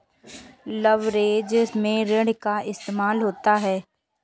leverage में ऋण का इस्तेमाल होता है